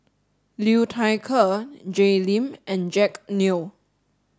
Liu Thai Ker Jay Lim and Jack Neo